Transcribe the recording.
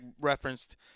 referenced